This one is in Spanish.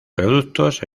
productos